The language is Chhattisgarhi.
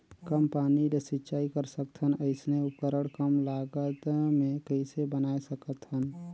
कम पानी ले सिंचाई कर सकथन अइसने उपकरण कम लागत मे कइसे बनाय सकत हन?